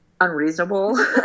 unreasonable